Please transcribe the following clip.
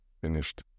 Finished